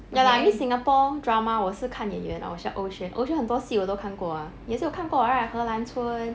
ya lah I mean singapore drama 我是看演员 orh 像欧萱欧萱很多戏我都看过啊你也是有看过 what right 荷兰村